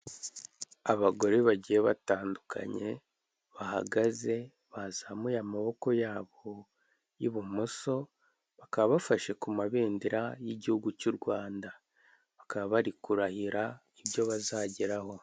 Abagore bagiye batandukanye bahagaze bazamuye amaboko yabo, y'ibumoso bakaba bafashe ku mabendera y'igihugu cy'u Rwanda bakaba kurahira ibyo bazageraho.